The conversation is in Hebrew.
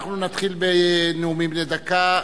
אנחנו נתחיל בנאומים בני דקה.